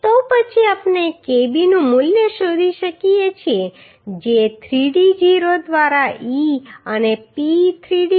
તો પછી આપણે kb નું મૂલ્ય શોધી શકીએ છીએ જે 3d0 દ્વારા e અને P 3d0 0